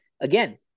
again